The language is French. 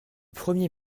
premier